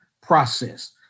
process